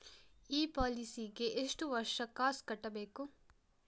ಈ ಪಾಲಿಸಿಗೆ ಎಷ್ಟು ವರ್ಷ ಕಾಸ್ ಕಟ್ಟಬೇಕು?